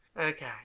Okay